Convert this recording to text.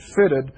fitted